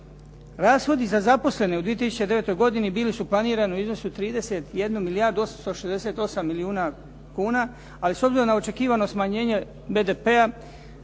Rashodi za zaposlene u 2009. godini bili su planirani u iznosu 31 milijardu 868 milijuna kuna, ali s obzirom na očekivano smanjenje BDP-a